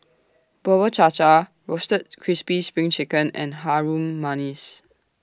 Bubur Cha Cha Roasted Crispy SPRING Chicken and Harum Manis